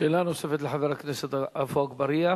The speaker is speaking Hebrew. שאלה נוספת לחבר הכנסת עפו אגבאריה.